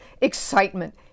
excitement